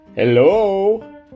Hello